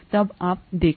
तब आप देखना